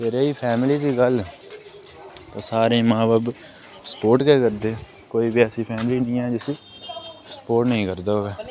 ते रेही फैमिली दी गल्ल ते सारे दे मां बब्ब सपोर्ट गै करदे कोई बी ऐसी फैमिली नेईं ऐ जिसी सपोर्ट नेईं करदा होऐ